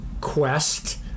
quest